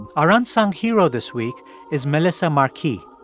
our unsung hero this week is melissa marquis.